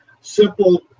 simple